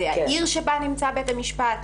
זאת העיר שבה נמצא בית המשפט?